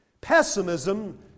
Pessimism